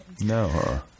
No